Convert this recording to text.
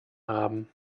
haben